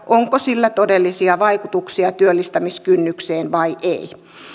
onko sillä todellisia vaikutuksia työllistämiskynnykseen vai ei